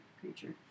creature